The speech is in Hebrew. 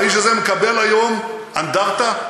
והאיש הזה מקבל היום אנדרטה?